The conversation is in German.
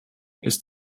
ist